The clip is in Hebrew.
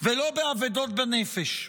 ולא באבדות בנפש.